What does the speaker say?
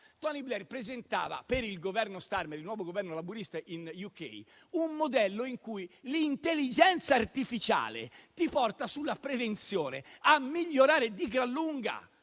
Tony Blair presentava per il Governo Starmer, il nuovo governo laburista del Regno Unito, un modello in cui l'intelligenza artificiale porta nella prevenzione a migliorare di gran lunga